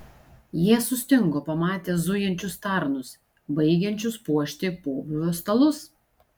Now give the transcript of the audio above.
jie sustingo pamatę zujančius tarnus baigiančius puošti pobūvio stalus